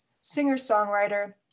singer-songwriter